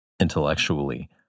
intellectually